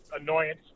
annoyance